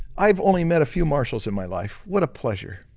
i've only met a few marshals in my life, what a pleasure.